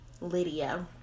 Lydia